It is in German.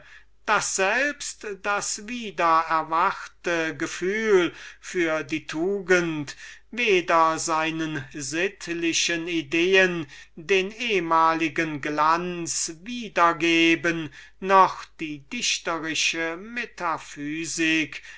da selbst das lebhaftere gefühl für die tugend wovon sein herz wieder erhitzt war weder seinen sittlichen ideen diesen firnis den sie ehemals hatten wiedergeben noch die dichterische